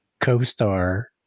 co-star